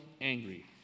angry